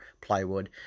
plywood